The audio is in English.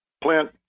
plant